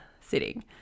sitting